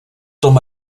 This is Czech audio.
tom